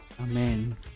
Amen